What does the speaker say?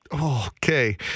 Okay